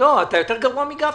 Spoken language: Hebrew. אתה יותר גרוע מגפני.